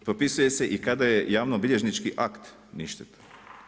Propisuje se i kada je javno-bilježnički akt ništetan.